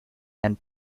and